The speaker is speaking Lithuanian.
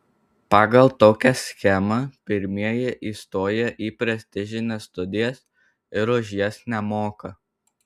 pagal tokią schemą pirmieji įstoja į prestižines studijas ir už jas nemoka